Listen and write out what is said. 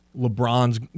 LeBron's